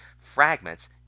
Fragments